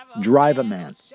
Drive-A-Man